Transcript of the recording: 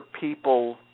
people